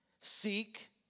seek